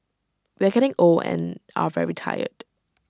we are getting old and are very tired